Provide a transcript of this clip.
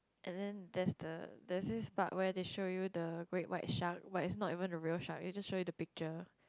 and then that's the there's this part where they show you the great white shark but it's not even the real shark they just show you the picture